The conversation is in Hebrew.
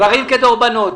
דברים כדורבנות.